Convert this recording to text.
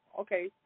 Okay